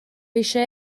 eisiau